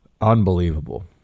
unbelievable